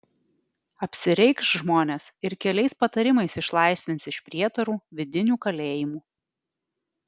apsireikš žmonės ir keliais patarimais išlaisvins iš prietarų vidinių kalėjimų